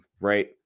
right